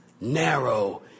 Narrow